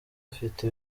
afite